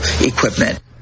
equipment